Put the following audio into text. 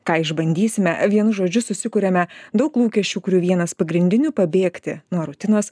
ką išbandysime vienu žodžiu susikuriame daug lūkesčių kurių vienas pagrindinių pabėgti nuo rutinos